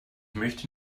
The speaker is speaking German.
möchte